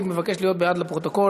התרבות והספורט נתקבלה.